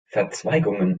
verzweigungen